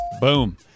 boom